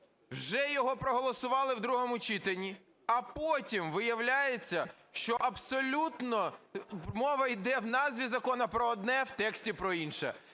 вже його проголосували в другому читанні, а потім виявляється, що абсолютно мова йде в назві закону про одне, а в тексті про інше.